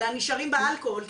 אלא נשארים באלכוהול,